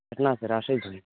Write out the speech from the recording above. راشد بھائی